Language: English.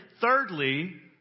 thirdly